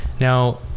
Now